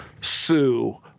sue